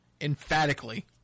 emphatically